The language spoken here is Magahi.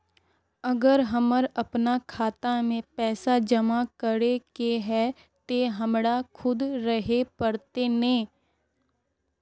अगर हमर अपना खाता में पैसा जमा करे के है ते हमरा खुद रहे पड़ते ने?